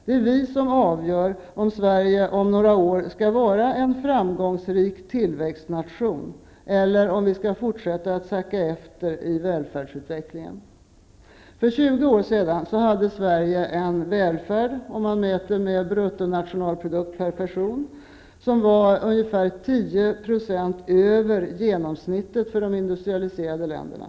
Det är vi som avgör om Sverige om några år skall vara en framgångsrik tillväxtnation eller om vi skall fortsätta att sacka efter i välfärdsutvecklingen. För 20 år sedan hade Sverige en välfärd -- om man mäter i bruttonationalprodukt per person -- som var ca 10 % över genomsnittet för de industrialiserade länderna.